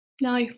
No